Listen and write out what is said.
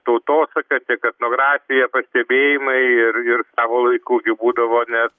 tautosaka tiek etnografija pastebėjimai ir ir savo laiku gi būdavo net